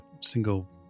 single